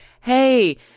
hey